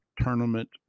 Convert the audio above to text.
tournament